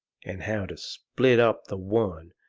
and how to split up the one,